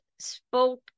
spoke